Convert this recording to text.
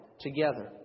together